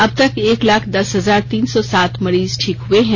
अबतक एक लाख दस हजार तीन सौ सात मरीज ठीक हुए है